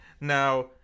Now